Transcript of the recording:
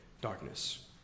darkness